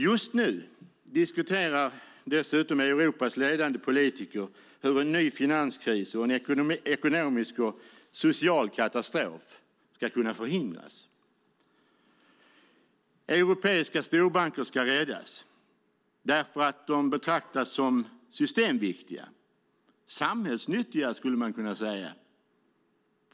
Just nu diskuterar dessutom Europas ledande politiker hur en ny finanskris och en ekonomisk och social katastrof ska förhindras. Europeiska storbanker ska räddas därför att de betraktas som systemviktiga - samhällsnyttiga, skulle man kunna säga.